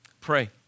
pray